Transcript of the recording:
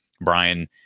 Brian